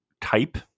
type